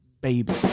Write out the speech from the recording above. Baby